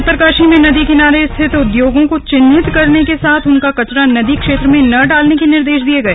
उत्तरकाशी में नदी किनारे स्थित उद्योगों को चिहिन्त करने के साथ उनका कचरा नदी क्षेत्र में न डालने के निर्देश दिए गए